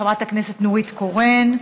חברת הכנסת נורית קורן,